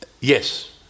Yes